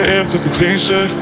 anticipation